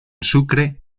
sucre